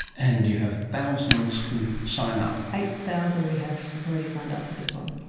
and you have thousands can sign up. eight thousand we have already signed up for this one.